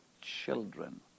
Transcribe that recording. children